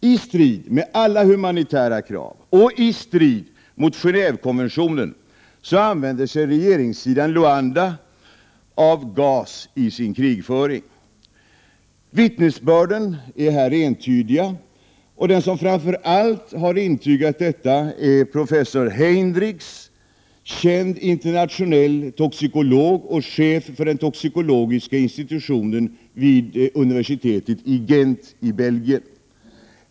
I strid med alla humanitära krav och med Gen&vekonventionen använder sig regeringen i Luanda av gas sin krigföring. Vittnesbörden är här entydiga. Den som framför allt har intygat detta är professor Heyndrickx, känd internationell toxikolog och chef för den toxikologiska institutionen vid universitetet i Gent i Belgien.